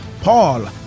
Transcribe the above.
Paul